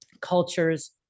cultures